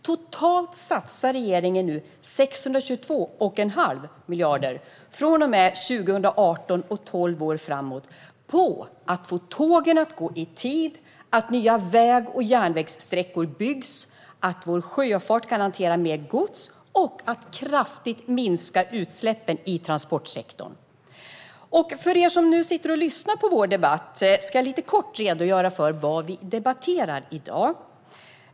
Totalt satsar regeringen 622,5 miljarder från och med 2018 och tolv år framåt på att få tågen att gå i tid, på att bygga nya väg och järnvägssträckor, på att vår sjöfart ska kunna hantera mer gods och på att kraftigt minska utsläppen i transportsektorn. För er som nu sitter och lyssnar på vår debatt ska jag redogöra lite kort för vad vi debatterar i dag.